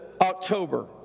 October